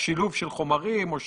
המילה שקוף נראית --- לא, לא.